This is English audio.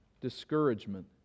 discouragement